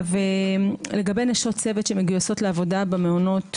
לגבי נשות צוות שמגויסות לעבודה במעונות,